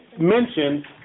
mentioned